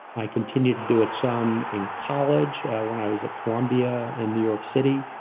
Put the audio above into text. i continued to do it some in college when i was at columbia in new york city,